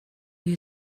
you